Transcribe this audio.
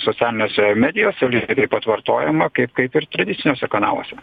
socialinėse medijose taip pat vartojama kaip kaip ir tradiciniuose kanaluose